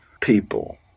people